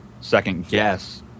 second-guess